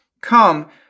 come